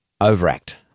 overact